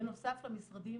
בנוסף למשרדים